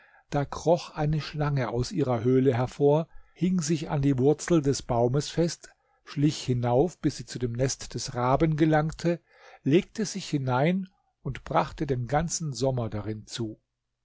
da kroch eine schlange aus ihrer höhle hervor hing sich an die wurzel des baumes fest schlich hinauf bis sie zu dem nest des raben gelangte legte sich hinein und brachte den ganzen sommer darin zu